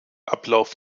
ablauf